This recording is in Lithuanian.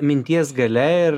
minties galia ir